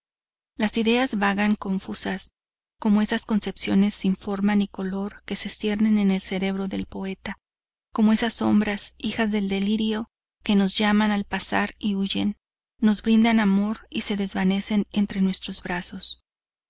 las ideas vagan confusas como esas concepciones sin forma ni color que se ciernen en el cerebro del poeta como esas sombras hijas del delirio que nos llaman al pasar y huyen nos brindan amor y se desvanecen entre nuestros brazos